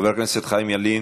חבר הכנסת חיים ילין,